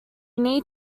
need